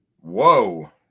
Whoa